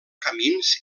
camins